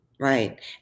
right